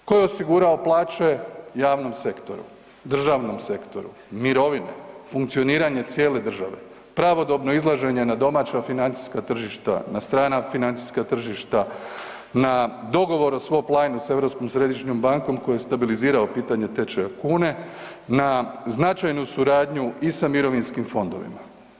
Tko je osigurao plaće javnom sektoru, državnom sektoru, mirovine, funkcioniranje cijele države, pravodobno izlaženje na domaća financijska tržišta, na strana financijska tržišta, na dogovor o swap line s Europskom središnjom bankom koji je stabilizirao pitanje tečaja kune, na značajnu suradnju i sa mirovinskim fondovima.